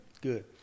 Good